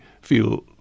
feel